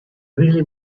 really